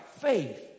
faith